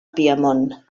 piemont